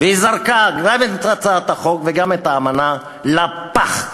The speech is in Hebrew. והיא זרקה, גם את הצעת החוק וגם את האמנה, לפח.